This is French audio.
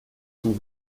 sont